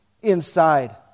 inside